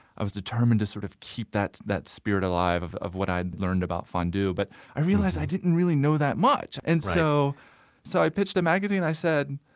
i was determined to sort of keep that that spirit alive of of what i'd learned about fondue. but i realized i didn't really know that much and so so i pitched a magazine. i said,